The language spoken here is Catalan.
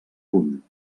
punt